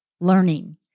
Learning